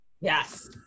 yes